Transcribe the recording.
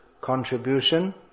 contribution